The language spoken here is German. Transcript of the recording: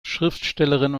schriftstellerin